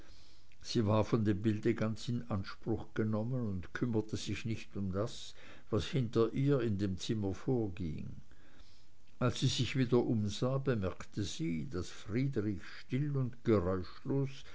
sie war von dem bilde ganz in anspruch genommen und kümmerte sich nicht um das was hinter ihr in dem zimmer vorging als sie sich wieder umsah bemerkte sie daß friedrich still und geräuschlos